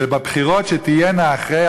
שבבחירות שתהיינה אחרי